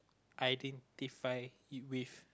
identify it with